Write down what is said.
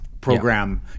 program